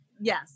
yes